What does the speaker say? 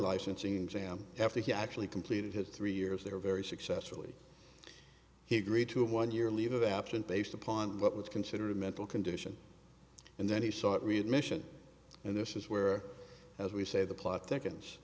licensing exam after he actually completed his three years there very successfully he agreed to a one year leave of absence based upon what was considered a mental condition and then he saw it read mission and this is where as we say the plot thickens